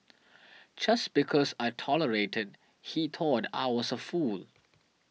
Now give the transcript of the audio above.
just because I tolerated he thought I was a fool